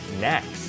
Next